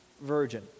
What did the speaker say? virgin